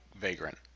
Vagrant